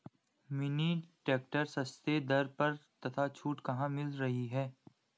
Mini tractor सस्ते दर पर तथा छूट कहाँ मिल रही है?